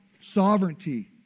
sovereignty